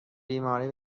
بیماری